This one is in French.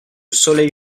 soleil